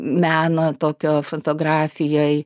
meno tokio fotografijoj